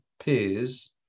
peers